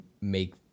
make